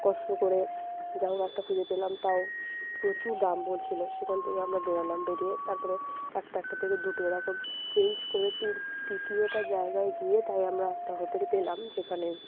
কষ্ট করে যা হোক একটা খুঁজে পেলাম তাও প্রচুর দাম বলছিল সেখান থেকে আমরা বেরোলাম বেরিয়ে তার পরে একটা একটা থেকে দুটো এরকম চেঞ্জ করে তিন তৃতীয়টা জায়গায় গিয়ে তাই আমরা একটা হোটেল পেলাম যেখানে